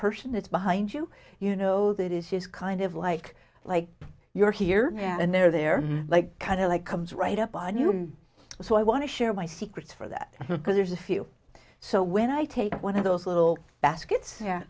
person that's behind you you know that is just kind of like like you're here and there they're like kind of like comes right up on you so i want to share my secrets for that because there's a few so when i take one of those little